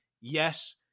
yes